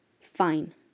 Fine